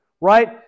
right